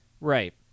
Right